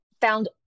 found